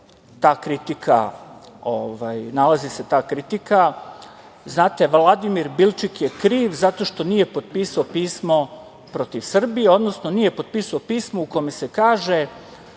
stranice se nalazi ta kritika. Znate, Vladimir Bilčik je kriv zato što nije potpisao pismo protiv Srbije, odnosno nije potpisao pismo u kome se kaže